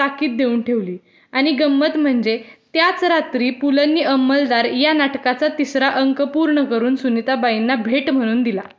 ताकीद देऊन ठेवली आणि गंमत म्हणजे त्याच रात्री पु लंनी अंमलदार या नाटकाचा तिसरा अंक पूर्ण करून सुनीताबाईंना भेट म्हणून दिला